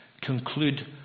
conclude